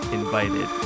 invited